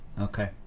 Okay